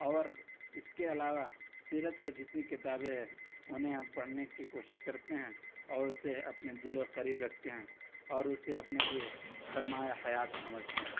اور اس کے علاوہ سیرت پہ جتنی کتابیں ہے انہیں ہم پڑھنے کی کوشش کرتے ہیں اور اسے اپنے دل و کے قریب رکھتے ہیں اور اسے اپنے لیے سرمایۂ حیات سمجھتے ہیں